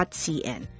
cn